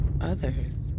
Others